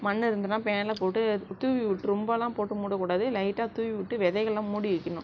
மண்ணு இருந்ததுனா மேலே போட்டு தூவி விட்டு ரொம்பலாம் போட்டு மூட கூடாது லைட்டாக தூவி விட்டு விதைகள்லாம் மூடி வைக்கணும்